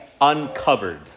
uncovered